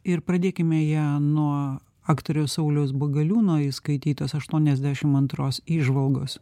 ir pradėkime ją nuo aktoriaus sauliaus bagaliūno įskaitytos aštuoniasdešim antros įžvalgos